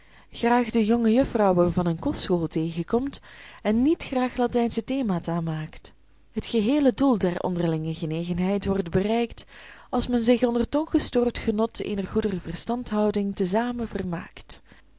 graag de jongejuffrouwen van een kostschool tegenkomt en niet graag latijnsche themata maakt het geheele doel der onderlinge genegenheid wordt bereikt als men zich onder t ongestoord genot eener goede verstandhouding te zamen vermaakt